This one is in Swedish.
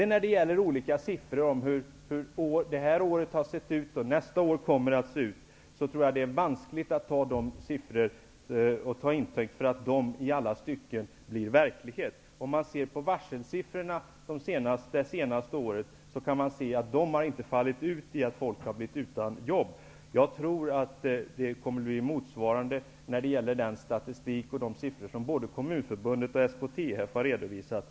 När det gäller olika siffror beträffande hur detta år har sett ut och hur nästa år kommer att se ut, tror jag att det är vanskligt att ta dessa siffror till intäkt för att det verkligen skall bli på det sättet. Om man tittar på varselsiffrorna under det senaste året, visar det sig att de inte i samma utsträckning har lett till att människor har blivit utan jobb. Jag tror att detsamma kommer att gälla den statistik och de siffror som både Kommunförbundet och SKTF har redovisat.